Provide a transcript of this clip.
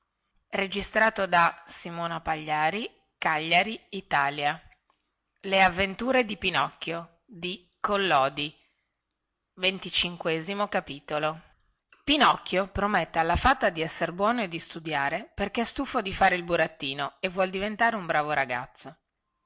e ritrova la fata pinocchio promette alla fata di essere buono e di studiare perché è stufo di fare il burattino e vuol diventare un bravo ragazzo